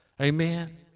Amen